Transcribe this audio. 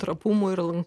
trapumo ir